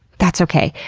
that's okay.